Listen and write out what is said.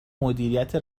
مدیریت